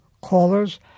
callers